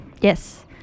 Yes